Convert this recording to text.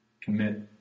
commit